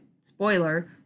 spoiler